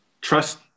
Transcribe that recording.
trust